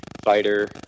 fighter